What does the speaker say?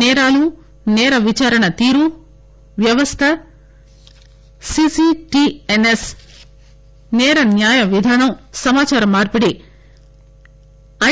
సేరాలు సేర విచారణ తీరు వ్యవస్ద సీసీటీఎన్ఎస్ సేర న్యాయ విధానం సమాచార మార్పిడి